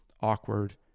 awkward